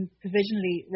provisionally